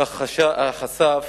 כך חשף